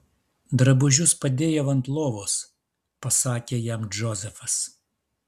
drabužius padėjau ant lovos pasakė jam džozefas